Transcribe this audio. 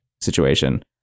situation